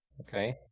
okay